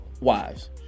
wives